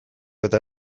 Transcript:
eta